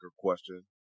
question